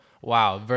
wow